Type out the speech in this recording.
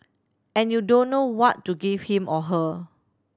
and you don't know what to give him or her